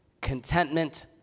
contentment